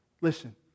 Listen